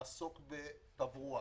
לעסוק בתברואה,